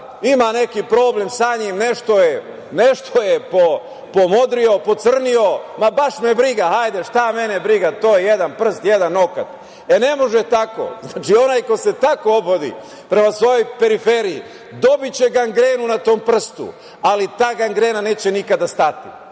ima neki problem sa njim, nešto je pomodrio, pocrneo, ma baš me briga, šta mene briga, to je jedan prst, jedan nokat.E, ne može tako. Znači, onaj ko se tako ophodi prema svojoj periferiji, dobiće gangrenu na tom prstu, ali ta gangrena neće nikada stati.